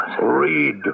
Read